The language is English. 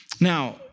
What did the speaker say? Now